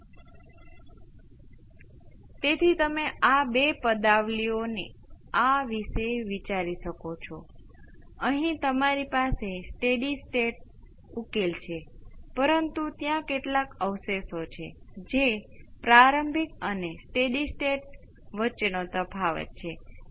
સારું હવે તમે આને હળવાશથી અલગ રીતે પણ વ્યક્ત કરી શકો છો તેથી આ V c 2 0 મારો મતલબ V c 2 પોતે કોઈ ખાસ મહત્વ ધરાવતો નથી સિવાય કે તે એક મધ્યવર્તી ચલ હતું જે આને હલ કરતી વખતે આપણને મળ્યું